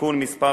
תיקון מס'